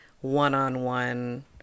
one-on-one